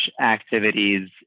activities